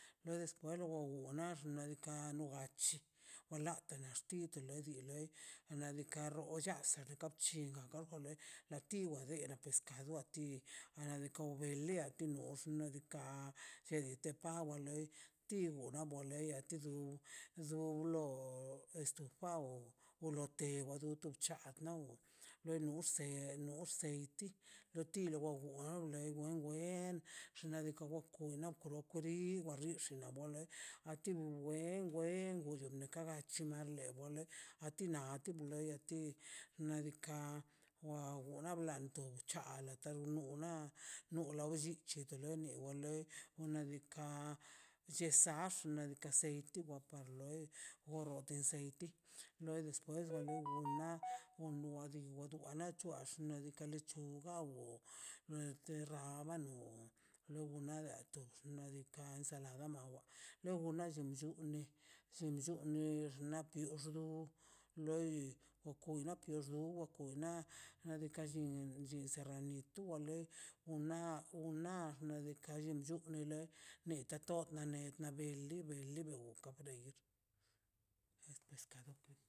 Na la escuela da jano da la chi wala tu xu naxunla xnaꞌ gonan bellama bellama we xa mole ma mole malliga ni na katillo ma no tarta mana nan llote na ne familia ner per lento karroners tu platilo male chintu rrone mache rekan nchuka mal a lo loi lach er tiempo ma kwasitile bez ta chyiyamte mas lor tiran bez llia lei ret nen xnaꞌ diikaꞌ to mnia made chllia xnaꞌ diikaꞌ waka winexku wenexchu ku dike nex dite ma le we nex xnia xnaꞌ diikaꞌ chirkwilando la um xena xnaꞌ diikaꞌ niaka ka planta lliaka na tika wen rro comida wa lei xnaꞌ diika' matu ta tato mani wen let tena tat tod na to xunla xkwale pues ni toi na comida ma nateka te lo wei wakamole ma lei rene hierba santa male niinaꞌ chunile nita todna nedna bili bili bewka es pescado pues